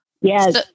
Yes